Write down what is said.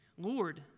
Lord